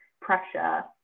pressure